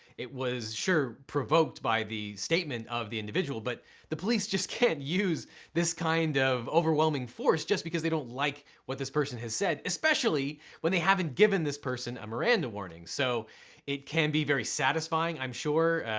it was sure provoked by the statement of the individual but the police just can't use this kind of overwhelming force just because they don't like what this person has said, especially when they haven't given this person a miranda warning. so it can be very satisfying, i'm sure,